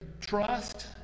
trust